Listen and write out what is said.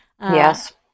Yes